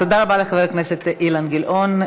תודה רבה לחבר הכנסת אילן גילאון.